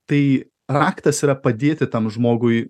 tai raktas yra padėti tam žmogui